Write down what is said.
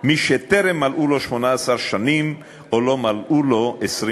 מי שטרם מלאו לו 18 שנים, או לא מלאו לו 20 שנים,